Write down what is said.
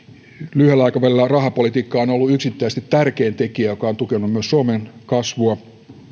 lyhyellä aikavälillä rahapolitiikka on on ollut yksittäisesti tärkein tekijä joka on tukenut myös suomen kasvua